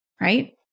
right